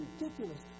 ridiculous